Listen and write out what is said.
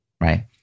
Right